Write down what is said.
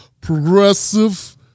progressive